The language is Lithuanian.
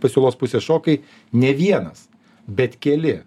pasiūlos pusės šokai ne vienas bet keli